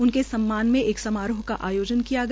उनके सम्मान में एक समारोह का आयोजन किया गया